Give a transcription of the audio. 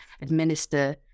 administer